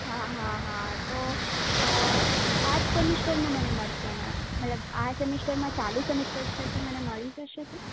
હા હા હા તો આજ સેમિસ્ટરનું મને મળશે ને મતલબ આ સેમિસ્ટરમાં ચાલુ સેમિસ્ટર છે તો મને મળી જશે